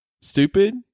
stupid